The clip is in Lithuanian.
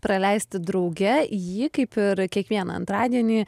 praleisti drauge jį kaip ir kiekvieną antradienį